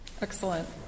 Excellent